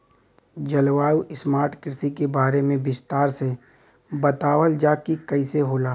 जलवायु स्मार्ट कृषि के बारे में विस्तार से बतावल जाकि कइसे होला?